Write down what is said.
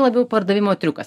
labiau pardavimo triukas